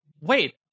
wait